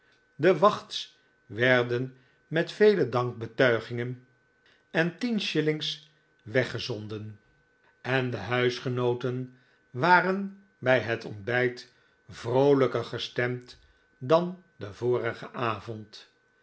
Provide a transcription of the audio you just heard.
de wachts werden met vele dankbetuigingen en tien shillings weggezonden en de huisgenooten waren bij het ontbijt vroolijker gestemd dan den vorigeu avond